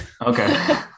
Okay